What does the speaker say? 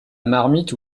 marmite